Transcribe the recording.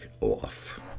off